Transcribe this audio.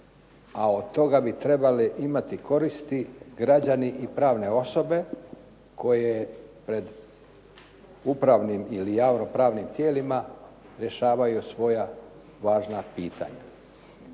a od toga bi trebali imati koristi građani i pravne osobe koje pred upravnim ili javno-pravnim tijelima rješavaju svoja važna pitanja.